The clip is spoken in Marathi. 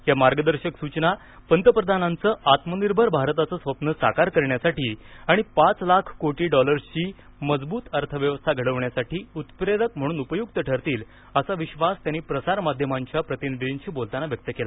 या मार्गदर्शक सूचना पंतप्रधानांचं आत्मनिर्भर भारताचं स्वप्न साकार करण्यासाठी आणि पाच लाख कोटी डॉलर्सची मजबूत अर्थव्यवस्था घडविण्यासाठी उत्प्रेरक म्हणून उपयुक्त ठरतील असा विश्वास त्यांनी प्रसारमाध्यमांच्या प्रतिनिधींशी बोलताना व्यक्त केला